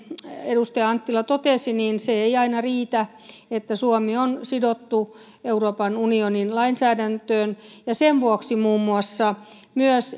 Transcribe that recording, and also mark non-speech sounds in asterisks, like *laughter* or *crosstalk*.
edustaja anttila totesi se ei aina riitä suomi on sidottu euroopan unionin lainsäädäntöön ja muun muassa sen vuoksi myös *unintelligible*